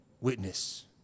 witness